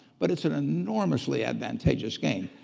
but it's an enormously advantageous game.